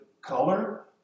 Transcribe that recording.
color